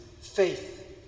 faith